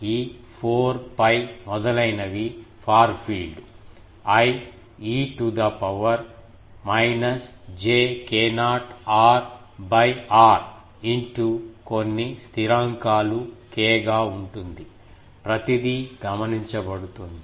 ఈ 4 𝜋 మొదలైనవి far field I e to the power minus j k0 r r into కొన్ని స్థిరాంకాలు k గా ఉంటుంది ప్రతిదీ గమనించబడుతుంది